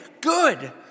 Good